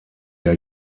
der